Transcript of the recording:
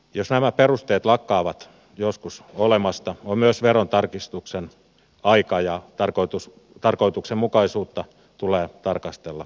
jos nämä perusteet lakkaavat joskus olemasta on myös verontarkistuksen aika ja tarkoituksenmukaisuutta tulee tarkastella uudelleen